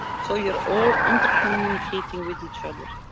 so you're all inter-communicating with each other.